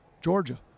Georgia